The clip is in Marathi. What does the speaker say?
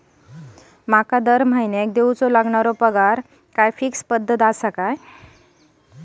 मला दरमहिन्याला द्यावे लागणाऱ्या पेमेंटसाठी काही फिक्स पद्धत आहे का?